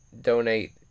donate